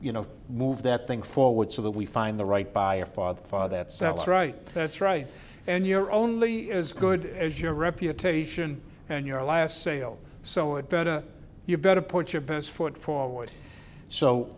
you know move that thing forward so that we find the right by a father father that sounds right that's right and you're only as good as your reputation and your last sale so it better you better put your best foot forward so